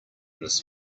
this